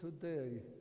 today